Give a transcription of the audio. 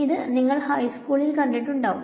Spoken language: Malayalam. ഇത് നിങ്ങൾ ഹൈ സ്കൂളിൽ കണ്ടട്ട് ഉണ്ടാവും